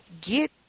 get